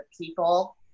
people